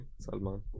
Salman